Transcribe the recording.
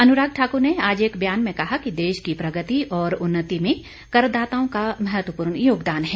अनुराग ठाकुर ने आज एक बयान में कहा कि देश की प्रगति और उन्नति में करदाताओं का महत्वपूर्ण योगदान है